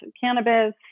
cannabis